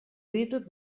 ditut